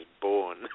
born